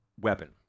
weapon